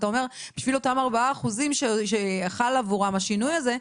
אתה אומר, בשביל אותם 4% שחל עבורם השינוי הזה,